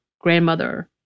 grandmother